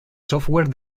software